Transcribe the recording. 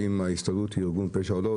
האם ההסתדרות היא ארגון פשע או לא,